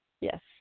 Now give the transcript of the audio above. Yes